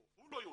או הוא לא יהודי,